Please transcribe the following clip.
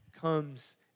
comes